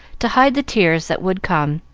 to hide the tears that would come,